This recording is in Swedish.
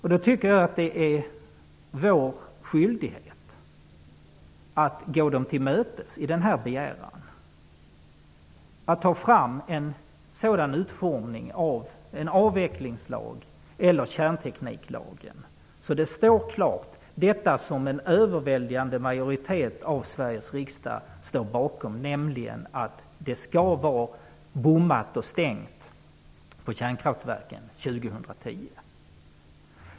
Jag tycker att det är vår skyldighet att gå dem till mötes i denna begäran och att utforma en avvecklingslag eller kärntekniklag. Det skall stå klart vad en överväldigande majoritet av Sveriges riksdag står bakom, nämligen att det skall vara bommat och stängt på kärnkraftsverken år 2010.